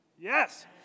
Yes